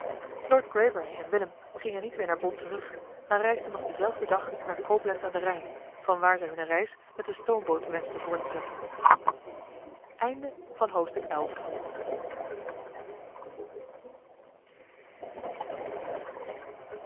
lord greybury en willem gingen niet weer naar bonn terug maar reisden nog denzelfden dag naar coblenz aan den rijn van waar zij hunne reis met de stoomboot wenschten voort te zetten